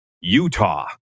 Utah